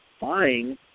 buying